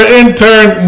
intern